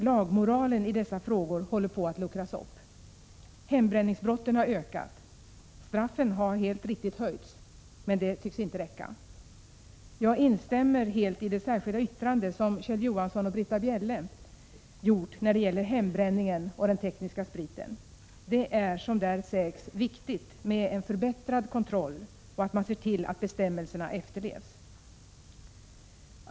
Lagmoralen i dessa frågor håller på att luckras upp. Hembränningsbrotten har ökat. Straffen har helt riktigt höjts, men det tycks inte räcka. Jag instämmer helt i det särskilda yttrande som Kjell Johansson och Britta Bjelle gjort när det gäller hembränningen och den tekniska spriten. Det är, som där sägs, viktigt att man förbättrar kontrollen och att man ser till att bestämmelserna efterlevs.